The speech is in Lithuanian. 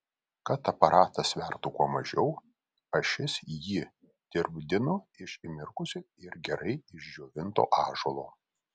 kad aparatas svertų kuo mažiau ašis jį dirbdinu iš įmirkusio ir gerai išdžiovinto ąžuolo